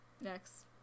next